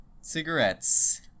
cigarettes